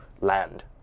land